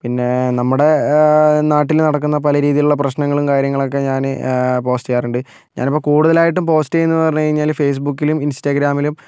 പിന്നേ നമ്മുടെ നാട്ടിൽ നടക്കുന്ന പലരീതിയിലുള്ള പ്രശ്നങ്ങളും കാര്യങ്ങളൊക്കേ ഞാന് പോസ്റ്റ് ചെയ്യാറുണ്ട് ഞാനിപ്പോൾ കൂടുതലായിട്ടും പോസ്റ്റ് ചെയ്യുന്നതെന്ന് പറഞ്ഞുകഴിഞ്ഞാല് ഫേസ്ബുക്കിലും ഇൻസ്റ്റഗ്രാമിലും